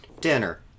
Dinner